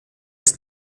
ist